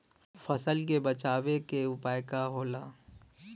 फसल के बचाव के उपाय का होला?